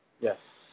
Yes